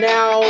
Now